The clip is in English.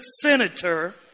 senator